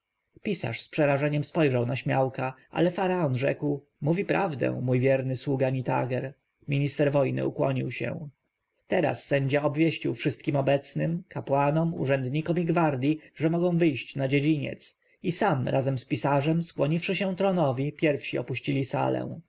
pisarz z przerażeniem spojrzał na śmiałka ale faraon rzekł mówi prawdę mój wierny sługa nitager minister wojny ukłonił się teraz sędzia obwieścił wszystkim obecnym kapłanom urzędnikom i gwardji że mogą wyjść na dziedziniec i sam razem z pisarzem skłoniwszy się tronowi pierwsi opuścili salę